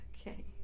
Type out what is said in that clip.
okay